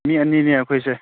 ꯃꯤ ꯑꯅꯤꯅꯦ ꯑꯩꯈꯣꯏꯁꯦ